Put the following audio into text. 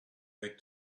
back